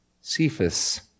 Cephas